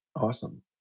Awesome